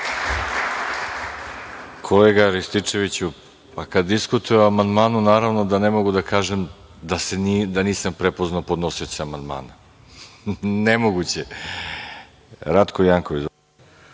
Kolega Rističeviću, kad diskutuje o amandmanu, naravno da ne mogu da kažem da nisam prepoznao podnosioca amandmana, nemoguće je. Reč ima Ratko Jankov.